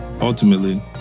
Ultimately